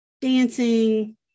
dancing